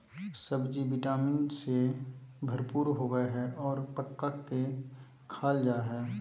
सब्ज़ि vitamin से भरपूर होबय हइ और पका के खाल जा हइ